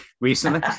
recently